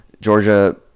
georgia